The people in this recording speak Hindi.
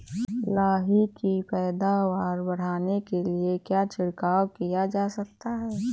लाही की पैदावार बढ़ाने के लिए क्या छिड़काव किया जा सकता है?